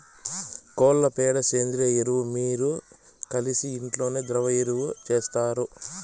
కోళ్ల పెండ సేంద్రియ ఎరువు మీరు కలిసి ఇంట్లోనే ద్రవ ఎరువు చేస్తారు